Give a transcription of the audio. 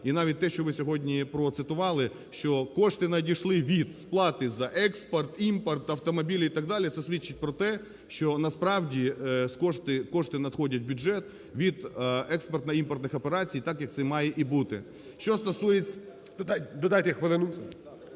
І навіть те, що ви сьогодні процитували, що кошти надійшли від сплати за експорт, імпорт, автомобілі і так далі, це свідчить про те, що, насправді, кошти надходять в бюджет від експортно-імпортних операцій так, як це має і бути. Що стосується…